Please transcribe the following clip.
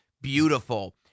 beautiful